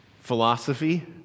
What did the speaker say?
philosophy